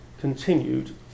continued